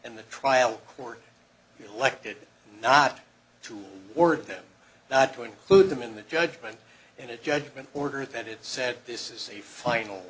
in the trial court elected not to order them not to include them in the judgment in a judgment order that it said this is a final